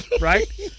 right